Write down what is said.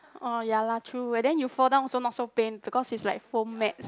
orh ya lah true and then you fall down also not so pain because is like foam mats